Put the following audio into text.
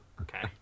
Okay